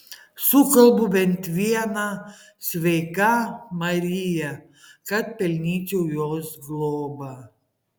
sukalbu bent vieną sveika marija kad pelnyčiau jos globą